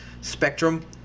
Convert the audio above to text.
spectrum